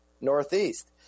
Northeast